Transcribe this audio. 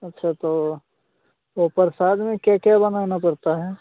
अच्छा तो वह प्रसाद में क्या क्या बनाना पड़ता है